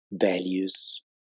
values